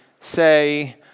say